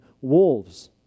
wolves